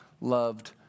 loved